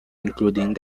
including